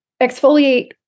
exfoliate